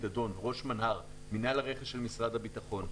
דדון שהוא ראש מינהל הרכש של משרד הביטחון.